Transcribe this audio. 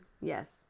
Yes